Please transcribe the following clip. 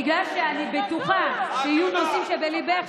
בגלל שאני בטוחה שיהיו נושאים שבליבך,